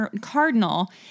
cardinal